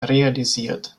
realisiert